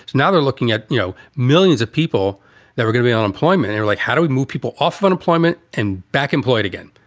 now they're looking at, you know, millions of people that were gonna be unemployment. and like how do we move people off of unemployment and back employed again?